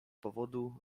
powodu